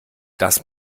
das